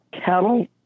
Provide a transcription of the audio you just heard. cattle